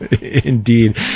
Indeed